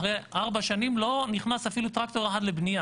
אחרי ארבע שנים לא נכנס אפילו טרקטור אחד לבנייה,